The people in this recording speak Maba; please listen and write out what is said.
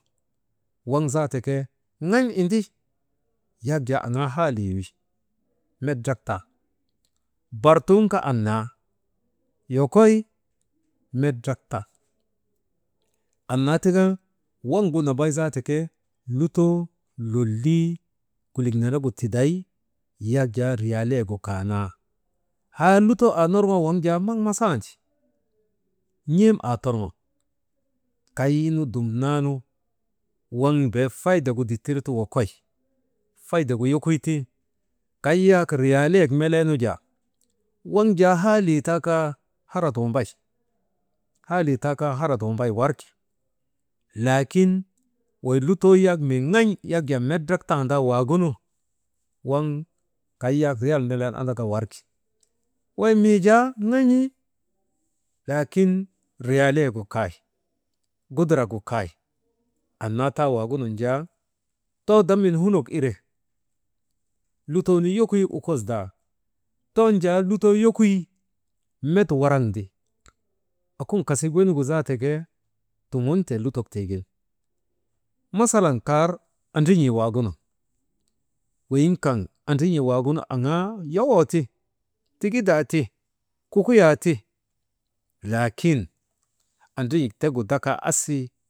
Waŋ zaata ke nan̰ indi yak jaa aŋaa haalii wi met drak tan bartun kaa annaa, yokoy met draktan annaa tika, waŋgu nambay zaata ke lutoo lolii kulik nenegu tiday yak jaa riyaalaayegu kaanaa. Haa lutoo aanorŋoo waŋ jaa maŋ masandi n̰em aatorŋo, kaynu dumnan waŋ bee faydegu dittir ti wokoy faydegu wokoy ti kay yak riyalaayegu meleenu jaa waŋ jaa haalii taakaa harat wambay, warki laakin wey lutoo yak jaa minŋan̰ met drak tandaa waagunu, waŋ kay yak riyal melen an warki wey miijaa ŋan̰ laakin riyalaayegu kay guduragu kay, annaa taa waagunun jaa too damin hunok ire, lutoonu yokoyi ukosandaa, ton jaa lutoonu yokoyi met warkandi okun kasik wenigu zaata ke tugunte lutok tiigin. Masalan kar andran̰ii waagunu weyiŋ kaŋ andran̰ii waagunu aŋaa yowooti, tigidaa ti, laakin andran̰ik tegu dakaa asii.